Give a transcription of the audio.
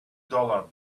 dollar